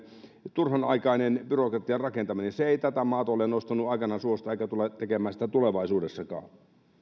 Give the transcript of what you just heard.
turhanaikainen byrokratian rakentaminen se ei tätä maata aikanaan nostanut suosta eikä tule tekemään sitä tulevaisuudessakaan